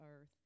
earth